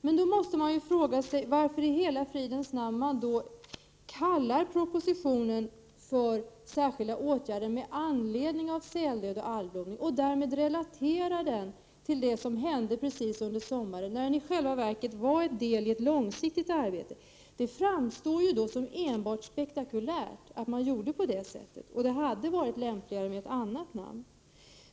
Men man måste fråga sig varför i hela fridens namn man då ger propositionen titeln ”Särskilda åtgärder med anledning av algblomning och säldöd” och därmed relaterar den till det som hände under sommaren, när den i själva verket är en del i ett långsiktigt arbete. Det framstår som enbart spektakulärt att göra på det sättet och det hade varit lämpligare med ett annat namn.